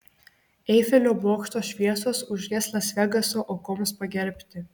eifelio bokšto šviesos užges las vegaso aukoms pagerbti